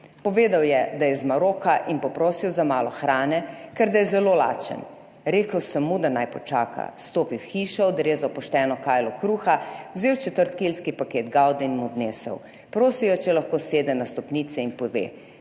Povedal je, da je iz Maroka, in poprosil za malo hrane, ker da je zelo lačen. Rekel sem mu, da naj počaka, stopi v hišo, odrezal pošteno kajlo kruha, vzel četrt kilski paket Gaude in mu odnesel. Prosil je, če lahko sede na stopnice in pove,